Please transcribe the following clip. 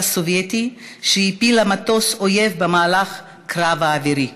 הסובייטי שהפילה מטוס אויב במהלך קרב אווירי.